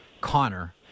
Connor